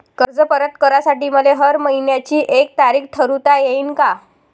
कर्ज परत करासाठी मले हर मइन्याची एक तारीख ठरुता येईन का?